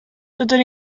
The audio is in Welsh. dydyn